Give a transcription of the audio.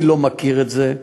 אני לא מכיר את זה,